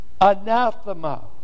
Anathema